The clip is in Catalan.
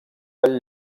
del